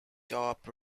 top